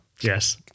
Yes